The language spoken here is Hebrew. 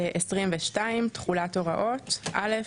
תחולת הוראות 22. (א)